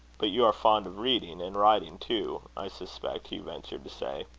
but you are fond of reading and writing, too, i suspect hugh ventured to say.